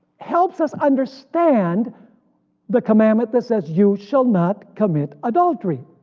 helps us understand the commandment that says, you shall not commit adultery.